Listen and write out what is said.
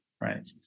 Right